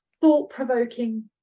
thought-provoking